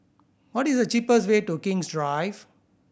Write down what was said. what is the cheapest way to King's Drive